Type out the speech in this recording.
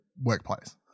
workplace